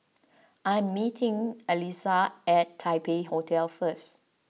I am meeting Allyssa at Taipei Hotel first